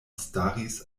staris